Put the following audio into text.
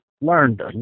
Learned